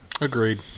Agreed